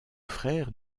frère